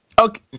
Okay